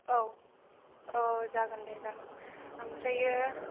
औ औ जागोन दे जागोन ओमफ्रायो